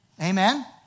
Amen